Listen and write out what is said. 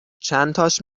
چنتاش